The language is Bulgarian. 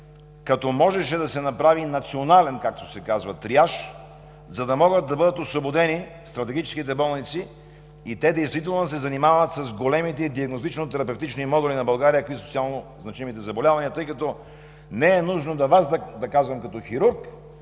като можеше да се направи национален, както се казва, триаж, за да могат да бъдат освободени стратегическите болници и те действително да се занимават с големите и диагностично-терапевтични модули на България, каквито са социално значимите заболявания? Тъй като не е нужно на Вас да казвам като хирург,